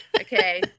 Okay